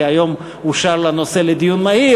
כי היום אושר לה נושא לדיון מהיר,